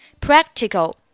Practical